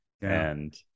And-